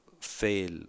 fail